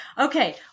Okay